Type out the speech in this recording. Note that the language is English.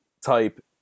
type